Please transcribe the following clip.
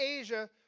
Asia